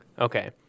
Okay